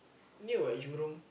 near what Jurong